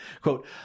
Quote